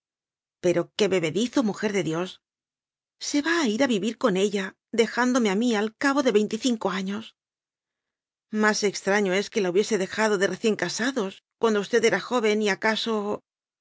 pero qué bebedizo mujer de dios se va a ir a vivir con ella dejándome a mí al cabo de veinticinco años más extraño es que la hubiese dejado de recién casados cuando usted era joven y acaso